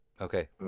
Okay